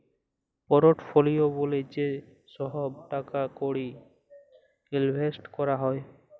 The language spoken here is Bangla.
পোরটফলিও ব্যলে যে ছহব টাকা কড়ি ইলভেসট ক্যরা হ্যয়